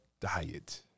diet